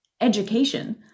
education